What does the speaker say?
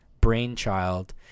brainchild